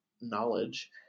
knowledge